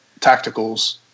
tacticals